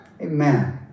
Amen